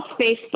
Facebook